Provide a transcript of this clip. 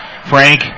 Frank